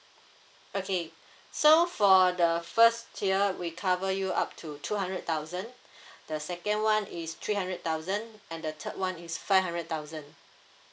okay so for the first tier we cover you up to two hundred thousand the second [one] is three hundred thousand and the third [one] is five hundred thousand